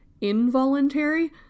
involuntary